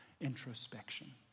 introspection